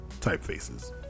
typefaces